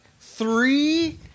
three